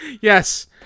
Yes